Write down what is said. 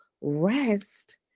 rest